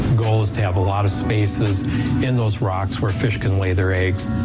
goal is to have a lot of spaces in those rocks where fish can lay their eggs.